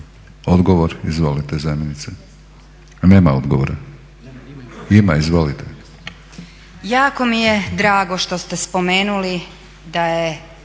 Odgovor, izvolite zamjenice. A nema odgovora? Ima, izvolite.